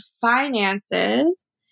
finances